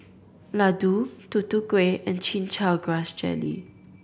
laddu Tutu Kueh and Chin Chow Grass Jelly